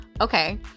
okay